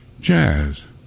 jazz